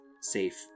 safe